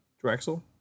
Drexel